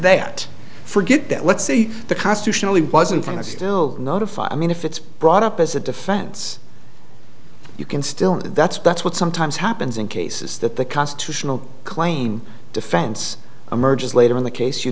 that forget that let's say the constitutionally wasn't going to still notify i mean if it's brought up as a defense you can still that's that's what sometimes happens in cases that the constitutional claim defense emerges later in the case you